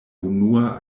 unua